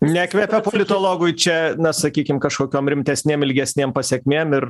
nekvepia politologui čia na sakykim kažkokiom rimtesnėm ilgesnėm pasekmėm ir